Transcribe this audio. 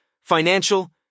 financial